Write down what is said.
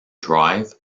drive